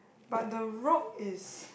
but the rock is